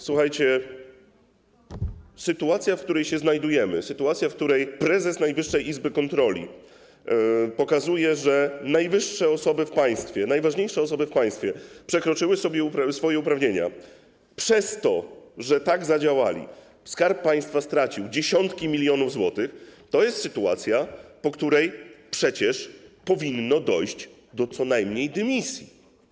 Słuchajcie: sytuacja, w której się znajdujemy, sytuacja, w której prezes Najwyższej Izby Kontroli pokazuje, że najwyższe osoby w państwie, najważniejsze osoby w państwie przekroczyły swoje uprawnienia, a przez to, że tak zadziałały, Skarb Państwa stracił dziesiątki milionów złotych, to jest sytuacja, po której przecież powinno dojść co najmniej do dymisji.